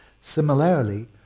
Similarly